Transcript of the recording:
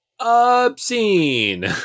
obscene